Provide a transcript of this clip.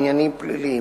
עניינים פליליים,